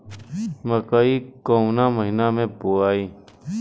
मकई कवना महीना मे बोआइ?